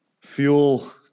fuel